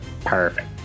Perfect